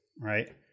right